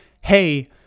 hey